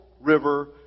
river